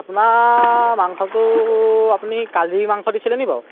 আপোনাৰ মাংসটো আপুনি কালিৰ মাংস দিছিলে নি বাৰু